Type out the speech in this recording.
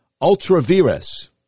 ultra-virus